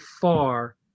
far